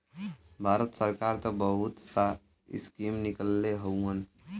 भारत सरकार त बहुत सा स्कीम निकलले हउवन